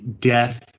death